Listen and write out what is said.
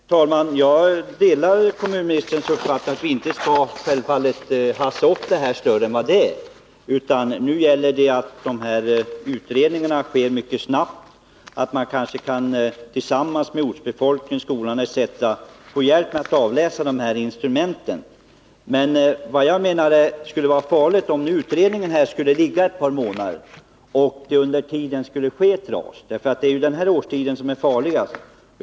Herr talman! Jag delar självfallet kommunministerns uppfattning att vi inte skall haussa upp denna fråga till något större än vad den är, utan nu gäller det att de här utredningarna sker mycket snabbt och att man kanske av ortsbefolkningen, skolan etc. kan få hjälp med att avläsa de här instrumenten. Men vad jag menar skulle vara farligt är om utredningen skulle ligga ett par månader, så att det under tiden kanske hinner inträffa ett ras — det är ju denna årstid som är farligast.